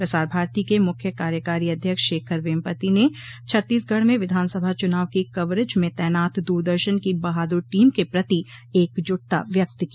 प्रसार भारती के मुख्य कार्यकारी अध्यक्ष शेखर वेमपति ने छत्तीसगढ़ में विधानसभा चुनाव की कवरेज में तैनात दूरदर्शन की बहादुर टीम के प्रति एकजुटता व्यक्त की